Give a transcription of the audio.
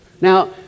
Now